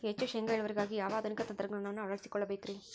ಹೆಚ್ಚು ಶೇಂಗಾ ಇಳುವರಿಗಾಗಿ ಯಾವ ಆಧುನಿಕ ತಂತ್ರಜ್ಞಾನವನ್ನ ಅಳವಡಿಸಿಕೊಳ್ಳಬೇಕರೇ?